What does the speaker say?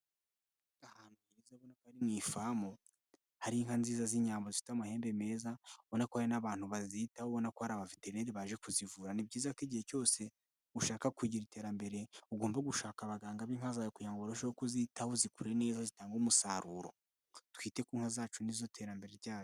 Ahantu heza mu ifamu, hari inka nziza z'inyambo zifite amahembe meza, ubona ko hari n'abantu bazitaho ubona ko ari amaveteneri baje kuzivura ni byiza ko igihe cyose ushaka kugira iterambere ugomba gushaka abaganga b'inka zawe kugira ngo barusheho kuzitaho zikure niba'i zitanga umusaruro. Twite ku nka zacu ni zo terambere rya...